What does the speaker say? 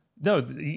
no